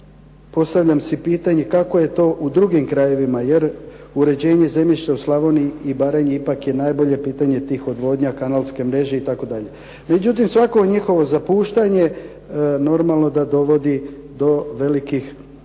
postavljam si pitanje, kako je to u drugim krajevima, jer uređenje zemljišta u Slavoniji i Baranji ipak je najbolje pitanje tih odvodnja, kanalske mreže itd. Međutim, svako njihovo zapuštanje normalno da dovodi do velikih